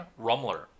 Rumler